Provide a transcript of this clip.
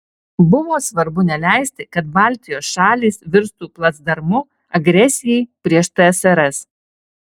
buvo svarbu neleisti kad baltijos šalys virstų placdarmu agresijai prieš tsrs